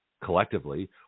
Collectively